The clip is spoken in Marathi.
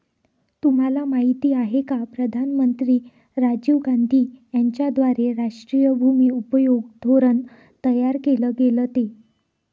तुम्हाला माहिती आहे का प्रधानमंत्री राजीव गांधी यांच्याद्वारे राष्ट्रीय भूमि उपयोग धोरण तयार केल गेलं ते?